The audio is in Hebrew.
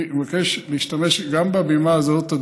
אני מבקש להשתמש גם בבימה הזאת,